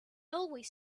always